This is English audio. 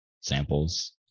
samples